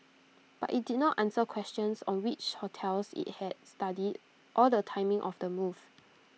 but IT did not answer questions on which hotels IT had studied or the timing of the move